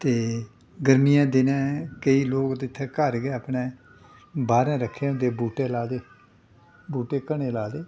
ते गर्मियें दे दिनैं केईं लोक ते इत्थै घर गै अपने बाह्रैं रक्खे दे होंदे बूह्टे लाए दे बूह्टे घने लाए दे